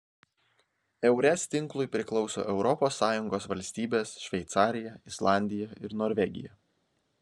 eures tinklui priklauso europos sąjungos valstybės šveicarija islandija ir norvegija